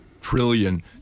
trillion